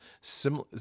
similar